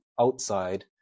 outside